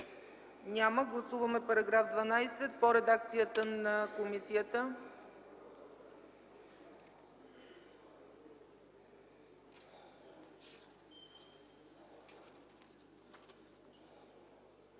Няма. Гласуваме § 12 по редакцията на комисията.